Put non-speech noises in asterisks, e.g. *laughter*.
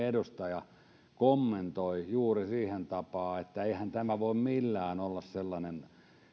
*unintelligible* edustaja kommentoi juuri siihen tapaan että eihän tämä voi millään olla sellainen